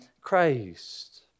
Christ